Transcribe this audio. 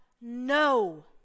no